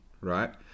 right